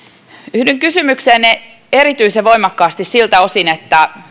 yhdyn kysymykseenne erityisen voimakkaasti siltä osin että